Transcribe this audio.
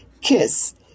kiss